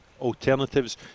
alternatives